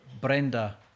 brenda